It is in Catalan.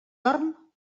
dorm